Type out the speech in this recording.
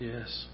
Yes